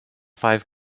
five